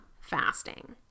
fasting